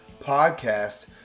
Podcast